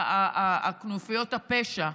כנופיות הפשע,